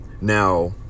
Now